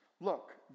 Look